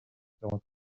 seront